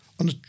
On